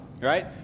right